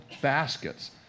baskets